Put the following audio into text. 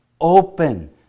open